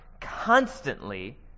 constantly